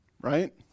right